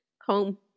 Home